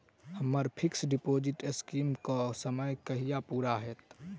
हम्मर fix deposit scheme केँ समय कहिया पूरा हैत?